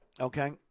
okay